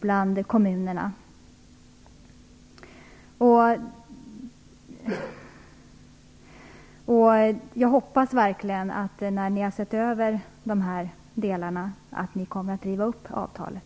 Jag hoppas verkligen att regeringen kommer att riva upp avtalet när man har sett över de här delarna av avtalet.